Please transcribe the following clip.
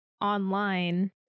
Online